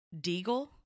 Deagle